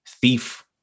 thief